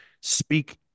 speak